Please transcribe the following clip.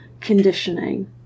conditioning